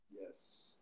Yes